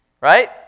Right